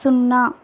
సున్నా